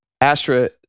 Astra